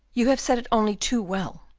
you have set it only too well.